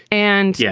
and, yeah